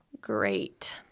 Great